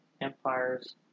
Empires